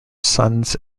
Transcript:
sons